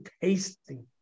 tasting